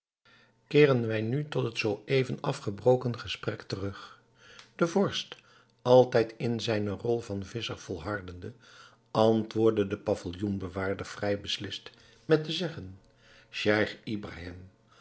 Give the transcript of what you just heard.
keeren wij nu tot het zoo even afgebroken gesprek terug de vorst altijd in zijne rol van visscher volhardende antwoordde den pavilloen bewaarder vrij beslist met te zeggen